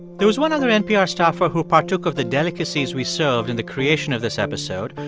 there was one other npr staffer who partook of the delicacies we served in the creation of this episode.